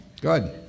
Good